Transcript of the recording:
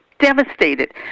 devastated